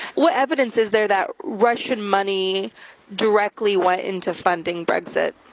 what evidence is there that russian money directly what into funding brexit?